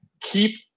keep